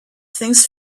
things